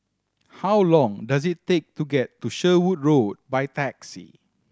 how long does it take to get to Sherwood Road by taxi